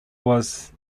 was